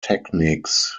techniques